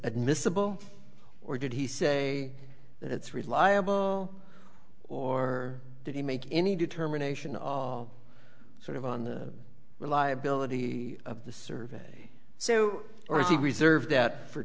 admissible or did he say that's reliable or did he make any determination all sort of on the reliability of the survey so there is a reserve that for